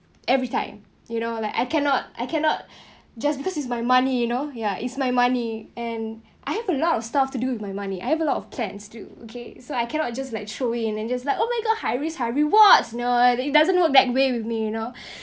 every time you know like I cannot I cannot just because it's my money you know ya it's my money and I have a lot of stuff to do with my money I have a lot of plans to okay so I cannot just like throw it and just like oh my god high risk high rewards no it doesn't work that way with me you know